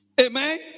Amen